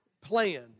plan